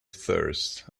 thirst